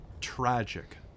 tragic